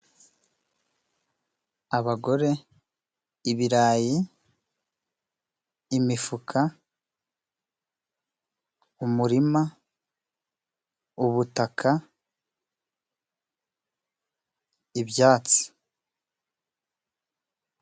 Abagore, ibirayi, imifuka, umurima, ubutaka, ibyatsi.